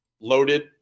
loaded